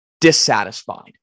dissatisfied